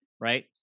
right